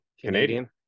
Canadian